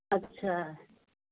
अच्छा